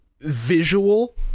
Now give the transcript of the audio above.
visual